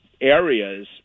areas